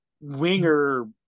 winger